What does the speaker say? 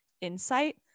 insight